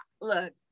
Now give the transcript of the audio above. Look